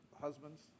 Husbands